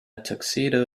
tuxedo